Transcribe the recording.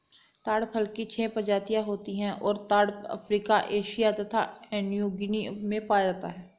ताड़ फल की छह प्रजातियाँ होती हैं और ताड़ अफ्रीका एशिया तथा न्यूगीनी में पाया जाता है